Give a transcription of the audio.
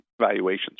valuations